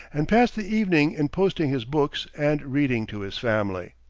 and passed the evening in posting his books and reading to his family.